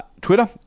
Twitter